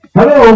Hello